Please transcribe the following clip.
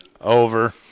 Over